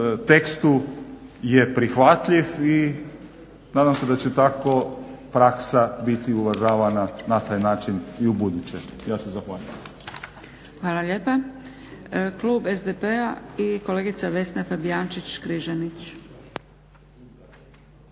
tekstu je prihvatljiv i nadam se da će tako praksa biti uvažavana na taj način i u buduće. Ja se zahvaljujem. **Zgrebec, Dragica (SDP)** Hvala lijepa. Klub SDP-a i kolegica Vesna Fabijančić Križanić.